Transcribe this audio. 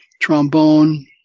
trombone